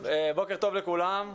בוקר טוב לכולם.